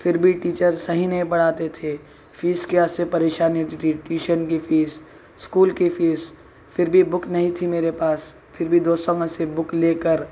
پھر بھی ٹیچرز صحیح نہیں پڑھاتے تھے فیس کے واسطے پریشانی ہوتی تھی ٹیوشن کی فیس اِسکول کی فیس پھر بھی بک نہیں تھی میرے پاس پھر بھی دوستوں میں سے بک لے کر